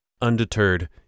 Undeterred